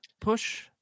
push